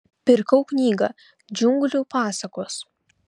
pirkau knygą džiunglių pasakos